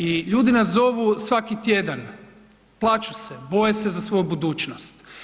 I ljudi nas zovu svaki tjedan, plaću se, boje se za svoju budućnost.